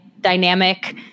dynamic